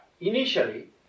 initially